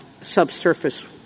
subsurface